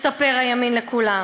מספר הימין לכולם.